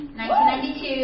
1992